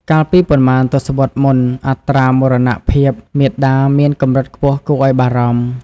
កាលពីប៉ុន្មានទសវត្សរ៍មុន អត្រាមរណភាពមាតាមានកម្រិតខ្ពស់គួរឱ្យបារម្ភ។